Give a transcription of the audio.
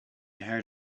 heard